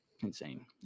insane